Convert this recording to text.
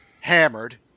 Hammered